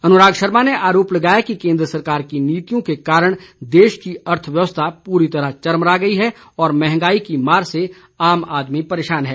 अनुराग शर्मा ने आरोप लगाया कि केंद्र सरकार की नीतियों के कारण देश की अर्थव्यवस्था पूरी तरह चरमरा गई है और मंहगाई के मार से आम आदमी परेशान है